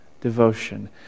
devotion